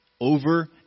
over